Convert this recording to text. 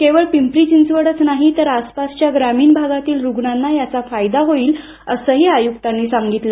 केवळ पिंपरी चिंचवड नाही तर आसपासच्या ग्रामीण भागातील रुग्णांना याचा फायदा होईल असही आयुक्तांनी सांगितलं